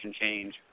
change